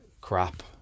crap